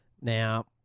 Now